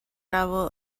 travel